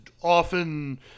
often